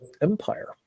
empire